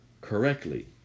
correctly